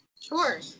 Sure